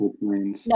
no